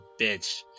bitch